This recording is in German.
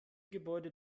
gebäude